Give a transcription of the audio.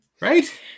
Right